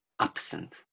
absent